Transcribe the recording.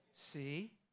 See